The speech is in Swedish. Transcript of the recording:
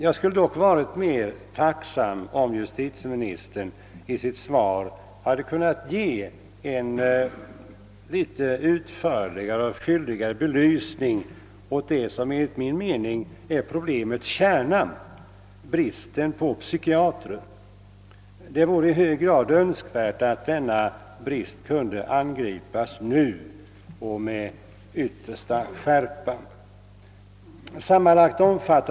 Jag skulle emellertid ha varit ännu mera tacksam om justitieministern i sitt svar hade kunnat ge en fylligare belysning av det som enligt min mening är problemets kärna, nämligen bristen på psykiatrer. Det är i hög grad önskvärt att denna brist angripes nu och med skärpa.